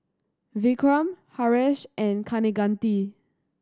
Vikram Haresh and Kaneganti